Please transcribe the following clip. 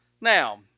Now